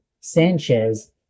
Sanchez